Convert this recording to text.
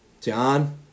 John